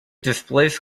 displays